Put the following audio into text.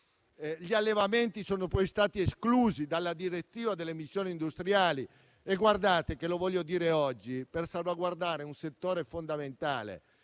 Gli allevamenti sono stati esclusi dalla direttiva delle emissioni industriali e lo abbiamo fatto - lo voglio dire oggi - per salvaguardare un settore fondamentale.